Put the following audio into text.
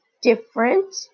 different